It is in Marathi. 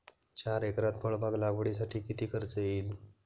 चार एकरात फळबाग लागवडीसाठी किती खर्च येईल?